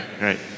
right